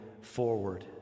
forward